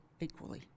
equally